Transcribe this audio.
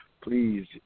Please